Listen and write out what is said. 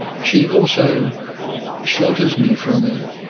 she also shelters me from,